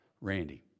Randy